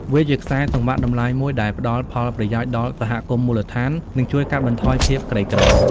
វាជាខ្សែសង្វាក់តម្លៃមួយដែលផ្តល់ផលប្រយោជន៍ដល់សហគមន៍មូលដ្ឋាន និងជួយកាត់បន្ថយភាពក្រីក្រ។